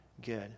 good